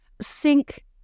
sink